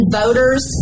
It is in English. voters